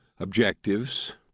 objectives